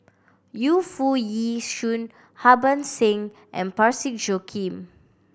Yu Foo Yee Shoon Harbans Singh and Parsick Joaquim